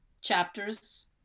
chapters